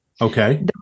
Okay